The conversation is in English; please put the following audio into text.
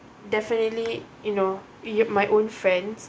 definitely you know you my own friends